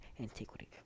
antiquity